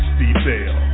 detail